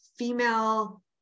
Female